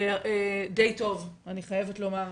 די טוב, אני חייבת לומר,